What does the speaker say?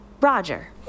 Roger